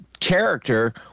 Character